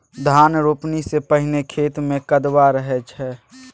धान रोपणी सँ पहिने खेत मे कदबा रहै छै